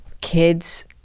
kids